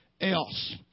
else